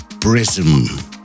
Prism